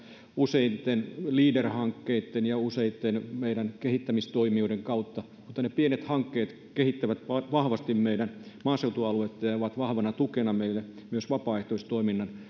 useiden leader hankkeiden ja useiden meidän kehittämistoimijoiden kautta mutta ne pienet hankkeet kehittävät vahvasti meidän maaseutualuetta ja ovat vahvana tukena meille myös vapaaehtoistoiminnan